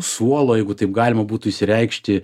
suolo jeigu taip galima būtų išsireikšti